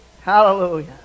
hallelujah